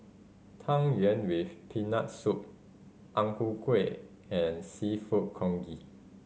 Tang Yuen with Peanut Soup Ang Ku Kueh and Seafood Congee